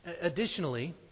Additionally